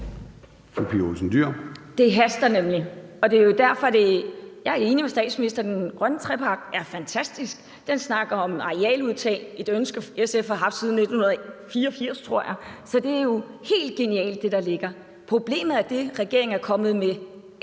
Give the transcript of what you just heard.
Det haster nemlig, og det er jo derfor, jeg er enig med statsministeren i, at den grønne trepart er fantastisk. Den snakker om arealudtag – et ønske, SF har haft siden 1984, tror jeg. Så det, der ligger, er jo helt genialt. Problemet er det, regeringen er kommet med